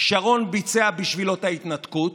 שרון ביצע בשבילו את ההתנתקות,